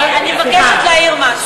סגן השר, אני מבקשת להעיר משהו.